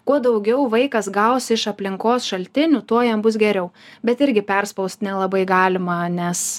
kuo daugiau vaikas gaus iš aplinkos šaltinių tuo jam bus geriau bet irgi perspaust nelabai galima nes